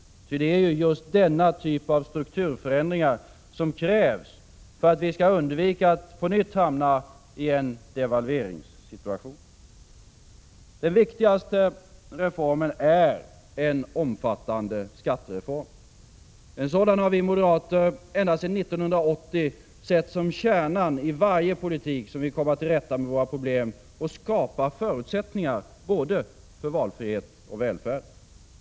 Ty det är just denna typ av strukturförändringar som krävs för att vi skall kunna undvika att på nytt hamna i en devalveringssituation. Den viktigaste reformen är en omfattande skattereform. En sådan har vi moderater ända sedan 1980 sett som kärnan i varje politik som vill komma till rätta med våra problem och skapa förutsättningar för både valfrihet och välfärd.